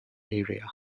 area